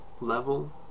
level